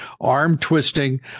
Arm-twisting